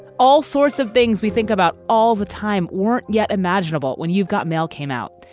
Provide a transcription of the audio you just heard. all sorts of things we think about all the time weren't yet imaginable. when you've got mail came out,